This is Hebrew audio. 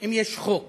אם יש חוק